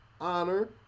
honor